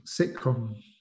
sitcom